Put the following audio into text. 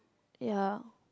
ya